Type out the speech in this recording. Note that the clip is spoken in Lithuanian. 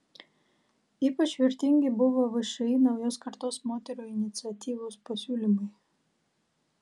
ypač vertingi buvo všį naujos kartos moterų iniciatyvos pasiūlymai